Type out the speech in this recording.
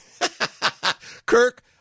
Kirk